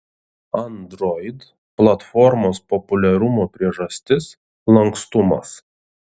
android platformos populiarumo priežastis lankstumas